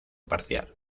parcial